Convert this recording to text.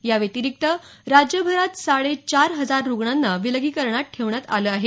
याव्यतिरिक्त राज्यभरात साडे चार हजारावर रुग्णांना विलगीकरणात ठेवण्यात आलं आहे